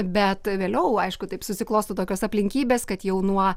bet vėliau aišku taip susiklosto tokios aplinkybės kad jau nuo